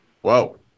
whoa